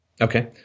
Okay